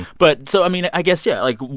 but so, i mean, i guess, yeah like,